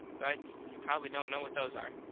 but you probably dont know what those are.